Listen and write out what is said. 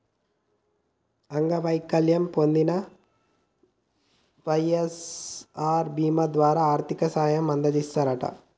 అంగవైకల్యం పొందిన వై.ఎస్.ఆర్ బీమా ద్వారా ఆర్థిక సాయం అందజేస్తారట